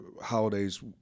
holidays